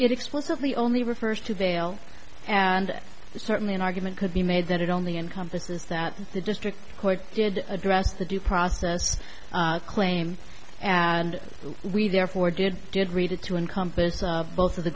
it explicitly only refers to bail and certainly an argument could be made that it only encompasses that the district court did address the due process claim and we therefore did did read it to encompass both of the